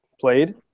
played